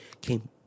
came